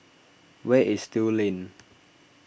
where is Still Lane